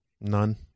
None